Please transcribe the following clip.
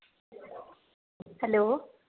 hello